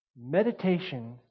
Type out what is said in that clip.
Meditation